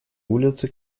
улице